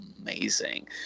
amazing